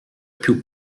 più